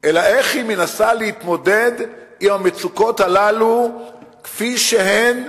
אלא איך היא מנסה להתמודד עם המצוקות הללו כפי שהן,